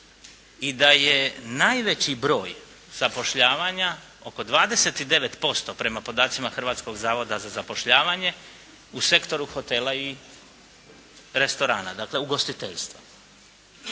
i da je najveći broj zapošljavanja oko 29% prema podacima Hrvatskog zavoda za zapošljavanje u sektoru hotela i restorana, dakle ugostiteljstva.